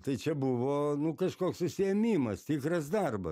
tai čia buvo nu kažkoks užsiėmimas tikras darba